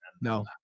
No